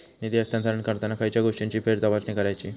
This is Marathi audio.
निधी हस्तांतरण करताना खयच्या गोष्टींची फेरतपासणी करायची?